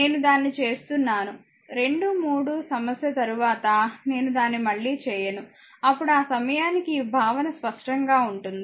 నేను దాన్ని చేస్తున్నాను 2 3 సమస్య తరువాత నేను దాన్ని మళ్లీ చేయను ఇప్పుడు ఆ సమయానికి ఈ భావన స్పష్టంగా ఉంటుంది